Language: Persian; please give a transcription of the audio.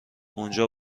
اونجا